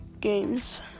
games